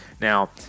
Now